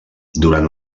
durant